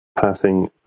Passing